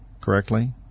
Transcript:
correctly